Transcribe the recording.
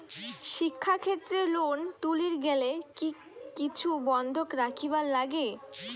শিক্ষাক্ষেত্রে লোন তুলির গেলে কি কিছু বন্ধক রাখিবার লাগে?